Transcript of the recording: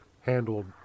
handled